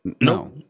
no